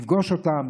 לפגוש אותם,